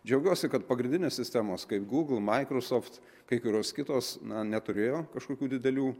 džiaugiuosi kad pagrindinės sistemos kaip google microsoft kai kurios kitos na neturėjo kažkokių didelių